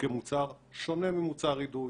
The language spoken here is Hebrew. כמוצר שונה ממוצר אידוי.